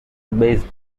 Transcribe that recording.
based